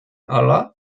ala